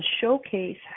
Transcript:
Showcase